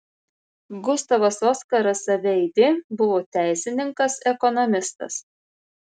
gustavas oskaras aveidė buvo teisininkas ekonomistas